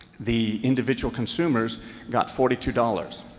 the individual consumers got forty two dollars.